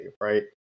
right